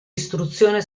istruzione